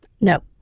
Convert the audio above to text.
No